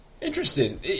Interesting